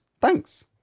Thanks